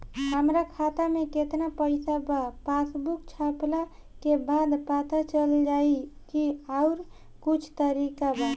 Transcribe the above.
हमरा खाता में केतना पइसा बा पासबुक छपला के बाद पता चल जाई कि आउर कुछ तरिका बा?